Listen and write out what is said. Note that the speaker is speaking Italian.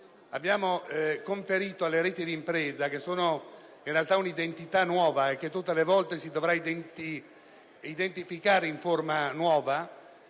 Abbiamo conferito alle reti di impresa, che sono un'entità nuova e che tutte le volte si dovrà identificare in forma nuova,